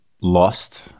lost